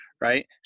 right